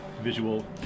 visual